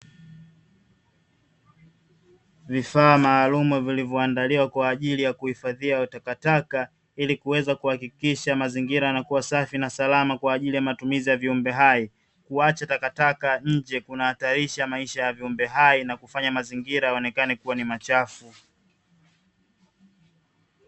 Vifaa maalumu vilivyoandaliwa kwa ajili ya kuhifadhia takataka ili kuweza kuhakikisha mazingira yanakuwa safi na salama kwa ajili ya matumizi ya viumbe hai. Kuacha takataka nje kuna hatarisha maisha ya viumbe hai na kufanya mazingira yaonekane kuwa ni machafu.